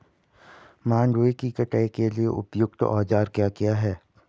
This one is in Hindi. मंडवे की कटाई के लिए उपयुक्त औज़ार क्या क्या हैं?